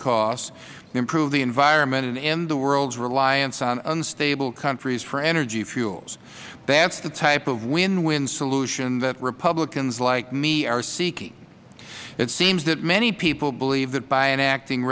costs improve the environment and end the world's reliance on unstable countries for energy fuels that is the type of win win solution that republicans like me are seeking it seems that many people believe that by enacting